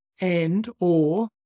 and/or